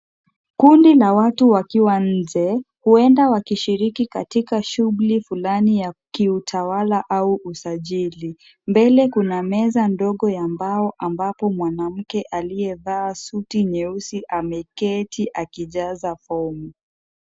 Kundi la watu wakiwa nnje, huenda wakishiriki katika shughuli fulani ya kiutawala au usajili. Mbele kuna meza ndogo ya mbao ambapo mwanamke aliyevaa suti nyeusi ameketi akijaza fomu.